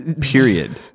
period